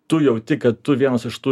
tu jauti kad tu vienas iš tų